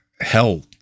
hell